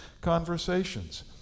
conversations